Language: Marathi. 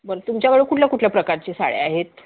बरं तुमच्याकडे कुठल्या कुठल्या प्रकारची साड्या आहेत